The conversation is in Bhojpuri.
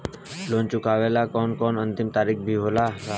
लोन चुकवले के कौनो अंतिम तारीख भी होला का?